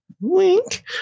wink